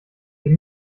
wir